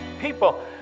people